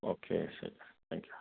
okay ശരി thank you